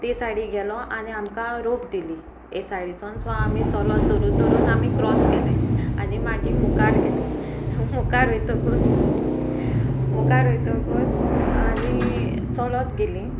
ते सायडीक गेलो आनी आमकां रोप दिली हे सायडीसोन सो आमी चलोन धरून धरून आमी क्रोस केलें आनी मागीर मुखार गेलीं मुखार वोयतकूच मुखार वोयतकूच आनी चलोत गेलीं